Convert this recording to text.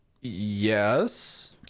yes